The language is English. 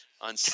on